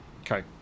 Okay